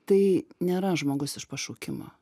tai nėra žmogus iš pašaukimo